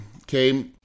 okay